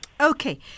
Okay